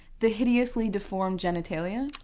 the hideously deformed genitalia?